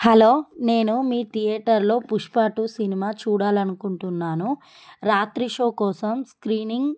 hello నేను మీ దియేటర్లో పుష్ప టూ సినిమా చూడాలనుకుంటున్నాను రాత్రి షో కోసం స్క్రీనింగ్